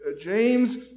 James